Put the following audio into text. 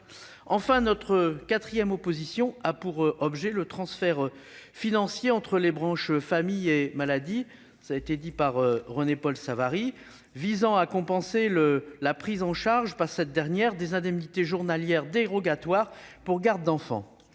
Enfin, notre quatrième opposition a pour objet le transfert financier entre les branches famille et maladie- René-Paul Savary l'a rappelé -, visant à compenser la prise en charge par cette dernière des indemnités journalières dérogatoires pour garde d'enfants.